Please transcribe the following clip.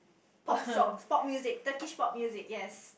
pop songs pop music Turkish pop music yes